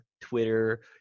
Twitter